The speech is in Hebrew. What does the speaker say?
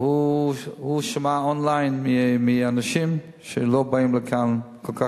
והוא שמע און-ליין מאנשים שהם לא באים כל כך